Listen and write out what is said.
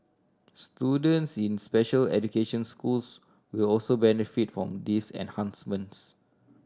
students in special education schools will also benefit from these enhancements